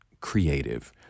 Creative